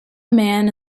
man